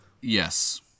Yes